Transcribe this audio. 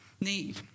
need